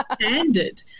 standard